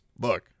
look –